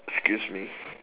excuse me